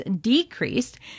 decreased